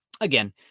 again